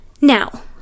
Now